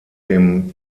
dem